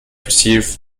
receive